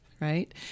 Right